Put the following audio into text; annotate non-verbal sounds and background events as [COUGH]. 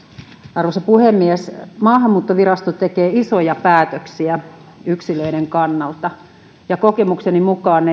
arvoisa puhemies maahanmuuttovirasto tekee isoja päätöksiä yksilöiden kannalta ja kokemukseni mukaan [UNINTELLIGIBLE]